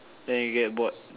then you get bored